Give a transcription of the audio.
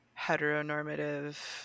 heteronormative